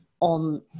on